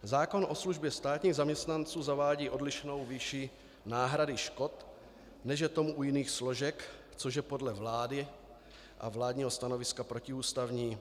Zákon o službě státních zaměstnanců zavádí odlišnou výši náhrady škod, než je tomu u jiných složek, což je podle vlády a vládního stanoviska protiústavní.